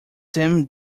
them